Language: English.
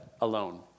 alone